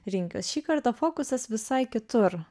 rinkis šį kartą fokusas visai kitur